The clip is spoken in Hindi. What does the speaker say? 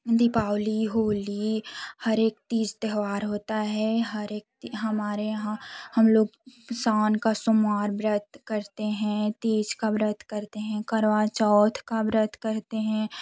दीपावली होली तीज त्योहार होता है हर एक ती हमारे यहाँ हम लोग साउन का सोमवार व्रत करते हैं तीज का व्रत करते हैं करवा चौथ का व्रत करते हैं और